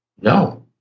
No